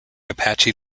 apache